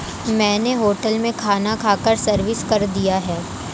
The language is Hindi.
मैंने होटल में खाना खाकर सर्विस कर दिया है